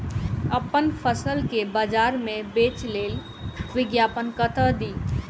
अप्पन फसल केँ बजार मे बेच लेल विज्ञापन कतह दी?